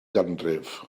ganrif